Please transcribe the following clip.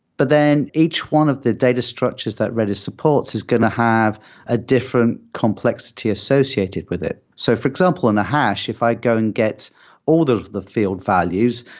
but then each one of the data structures that redis supports is going to have a different complexity associated with it. so for example, in a hash, if i go and get all of the field values,